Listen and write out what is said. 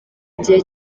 igihe